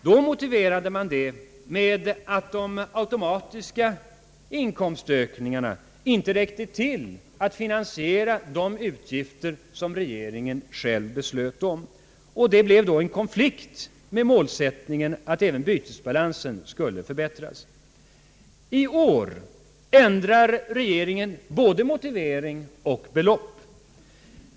Då motiverades detta med att de automatiska inkomstökningarna inte räckte till för att finansiera de utgifter som regeringen själv beslutat om, och det uppstod då en konflikt med målsättningen att även bytesbalansen skulle förbättras. I år ändrar regeringen både motivering och belopp.